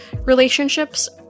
relationships